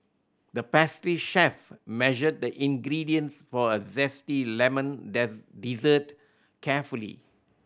the pastry chef measured the ingredients for a zesty lemon dessert carefully